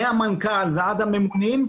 מהמנכ"ל ועד הממונים,